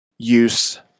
use